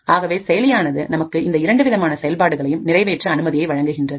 ஆகவே செயலியானது நமக்கு இந்த இரண்டு விதமான செயல்களையும் நிறைவேற்ற அனுமதியை வழங்குகின்றது